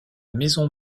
maison